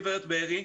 גברת בארי,